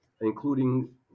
including